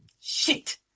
Shit